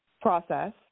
process